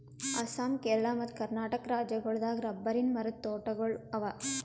ಅಸ್ಸಾಂ ಕೇರಳ ಮತ್ತ್ ಕರ್ನಾಟಕ್ ರಾಜ್ಯಗೋಳ್ ದಾಗ್ ರಬ್ಬರಿನ್ ಮರದ್ ತೋಟಗೋಳ್ ಅವಾ